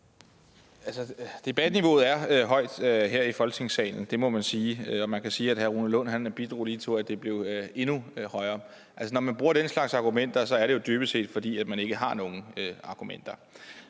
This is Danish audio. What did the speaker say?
debatniveauet er højt her i Folketingssalen, det må man sige. Eller man kan sige, at hr. Rune Lund lige bidrog til, at det blev endnu højere. Når man bruger den slags argumenter, er det jo dybest set, fordi man ikke har nogen argumenter.